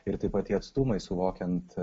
ir taip pat tie atstumai suvokiant